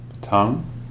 Tongue